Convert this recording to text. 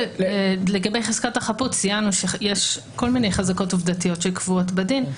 לגבי חזקת החפות ציינו שיש כל מיני חזקות עובדתיות שקבועות בדין.